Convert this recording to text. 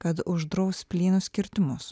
kad uždraus plynus kirtimus